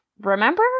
remember